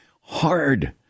hard